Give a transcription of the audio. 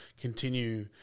continue –